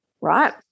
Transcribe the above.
right